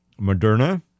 Moderna